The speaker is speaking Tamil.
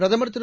பிரதமர் திரு